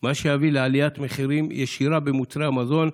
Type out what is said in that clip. מה שיביא לעליית מחירים ישירה במוצרי מזון.